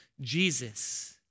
Jesus